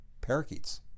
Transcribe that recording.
parakeets